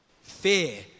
fear